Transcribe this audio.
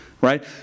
Right